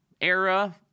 era